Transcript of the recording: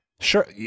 Sure